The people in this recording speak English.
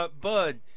Bud